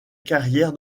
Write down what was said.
carrière